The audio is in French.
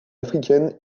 africaine